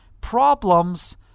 problems